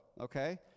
okay